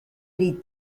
les